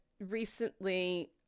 recently